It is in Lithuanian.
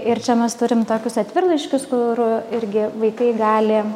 ir čia mes turim tokius atvirlaiškius kur irgi vaikai gali